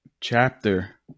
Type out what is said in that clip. chapter